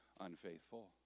unfaithful